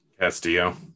Castillo